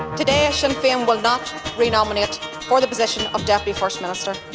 today sinn fein will not renominate for the position of deputy first minister.